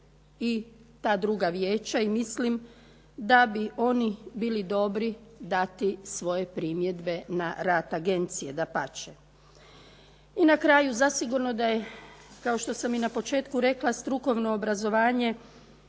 I na kraju zasigurno da je kao što sam i na početku rekla strukovno obrazovanje